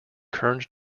current